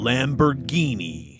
Lamborghini